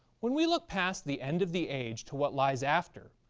when we look past the end of the age to what lies after,